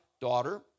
daughter